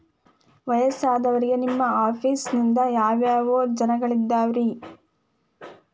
ವಯಸ್ಸಾದವರಿಗೆ ನಿಮ್ಮ ಆಫೇಸ್ ನಿಂದ ಯಾವ ಯೋಜನೆಗಳಿದಾವ್ರಿ?